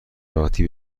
راحتی